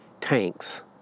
tanks